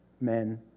Men